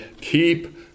keep